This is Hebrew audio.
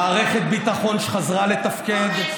מערכת ביטחון שחזרה לתפקד.